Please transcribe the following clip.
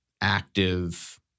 active